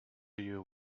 you